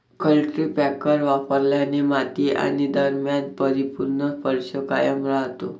cultipacker वापरल्याने माती आणि दरम्यान परिपूर्ण स्पर्श कायम राहतो